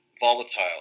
volatile